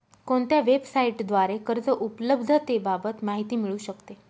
कोणत्या वेबसाईटद्वारे कर्ज उपलब्धतेबाबत माहिती मिळू शकते?